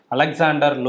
Alexander